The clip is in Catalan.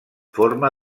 forma